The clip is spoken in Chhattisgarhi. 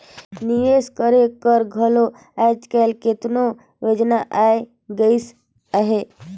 निवेस करे कर घलो आएज काएल केतनो योजना आए गइस अहे